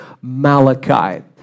Malachi